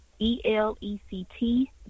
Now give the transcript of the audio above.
E-L-E-C-T